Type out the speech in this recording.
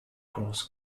cross